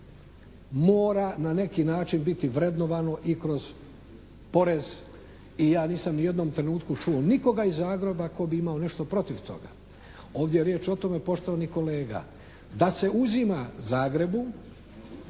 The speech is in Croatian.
mora na neki način biti vrednovano i kroz porez i ja nisam niti u jednom trenutku čuo nikoga iz Zagreba tko bi imao nešto protiv toga. Ovdje je riječ o tome poštovani kolega, da se uzima Zagrebu,